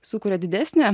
sukuria didesnę